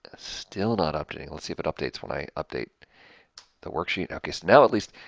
ah still not updating. let's see if it updates when i update the worksheet. ok, so now at least,